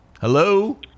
Hello